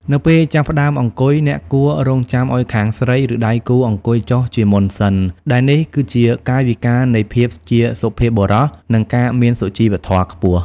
នៅពេលចាប់ផ្តើមអង្គុយ អ្នកគួររង់ចាំឱ្យខាងស្រី ឬដៃគូអង្គុយចុះជាមុនសិន ដែលនេះគឺជាកាយវិការនៃភាពជាសុភាពបុរស និងការមានសុជីវធម៌ខ្ពស់។